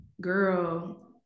girl